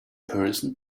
person